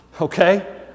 okay